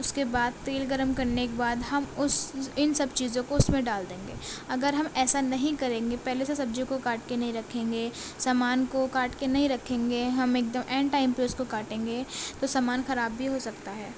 اس کے بعد تیل گرم کرنے کے بعد ہم اس ان سب چیزوں کو اس میں ڈال دیں گے اگر ہم ایسا نہیں کریں گے پہلے سے سبزیوں کو کاٹ کے نہیں رکھیں گے سامان کو کاٹ کے نہیں رکھیں گے ہم ایک دم عین ٹائم پہ اس کو کاٹیں گے تو سامان خراب بھی ہو سکتا ہے